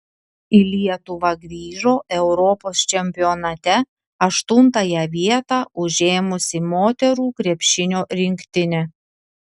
į lietuvą grįžo europos čempionate aštuntąją vietą užėmusi moterų krepšinio rinktinė